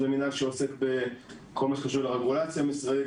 זה מנהל שעוסק בכל מה שקשור לרגולציה משרדית,